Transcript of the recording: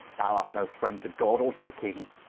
thou art no friend to god, or to the king